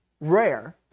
rare